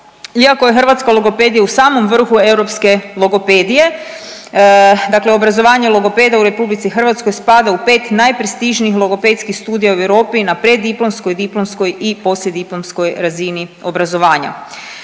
iako je hrvatska logopedija u samom vrhu europske logopedije, dakle obrazovanje logopeda u RH spada u 5 najprestižnijih logopedskih studija u Europi i na preddiplomskoj, diplomskoj i poslijediplomskoj razini obrazovanja.